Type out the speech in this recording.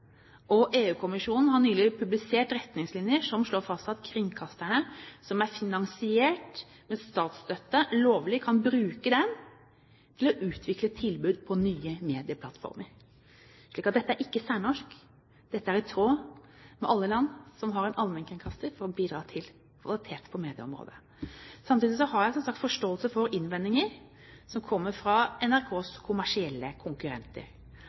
våre. EU-kommisjonen har nylig publisert retningslinjer som slår fast at kringkastere som er finansiert med statsstøtte, lovlig kan bruke denne til å utvikle tilbud på nye medieplattformer. Så dette er ikke særnorsk, dette er i tråd med alle land som har en allmennkringkaster som bidrar til kvalitet på medieområdet. Samtidig har jeg som sagt forståelse for innvendinger som kommer fra NRKs kommersielle konkurrenter.